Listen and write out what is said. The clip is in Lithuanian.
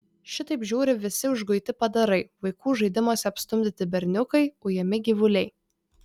šitaip žiūri visi užguiti padarai vaikų žaidimuose apstumdyti berniukai ujami gyvuliai